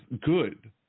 good